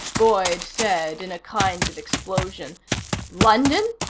boyd said, in a kind of explosion london?